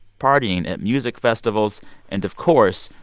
partying at music festivals and, of course,